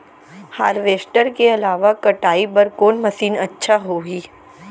Harvester के अलावा कटाई बर कोन मशीन अच्छा होही?